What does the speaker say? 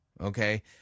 Okay